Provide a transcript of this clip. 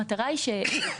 המטרה היא שהתוצאה,